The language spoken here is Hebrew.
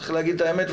צריך להגיד את האמת,